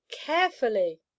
carefully